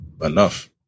enough